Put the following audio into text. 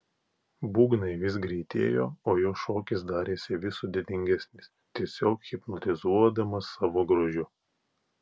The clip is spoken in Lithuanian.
būgnai vis greitėjo o jo šokis darėsi vis sudėtingesnis tiesiog hipnotizuodamas savo grožiu